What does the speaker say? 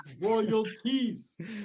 Royalties